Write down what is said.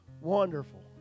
wonderful